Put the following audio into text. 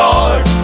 Lord